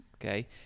Okay